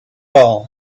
all